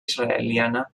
israeliana